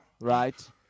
right